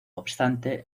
obstante